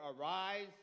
arise